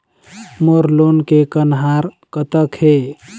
मोर loan के कन्हार कतक हे?